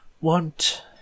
want